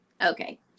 okay